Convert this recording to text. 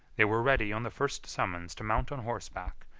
they were ready on the first summons to mount on horseback,